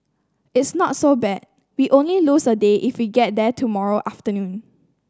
it's not so bad we only lose a day if we get there tomorrow afternoon